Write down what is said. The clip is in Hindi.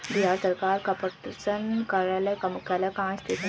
बिहार सरकार का पटसन कार्यालय का मुख्यालय कहाँ है?